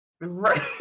Right